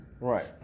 Right